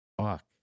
fuck